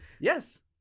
Yes